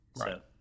Right